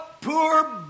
poor